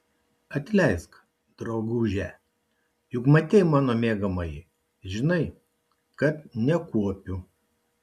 atleisk drauguže juk matei mano miegamąjį žinai kad nekuopiu